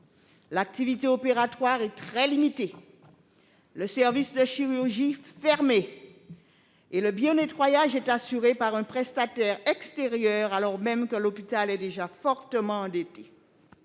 L'activité opératoire est très limitée, le service de chirurgie est fermé et le bionettoyage est assuré par un prestataire extérieur, alors même que l'hôpital est déjà fortement endetté.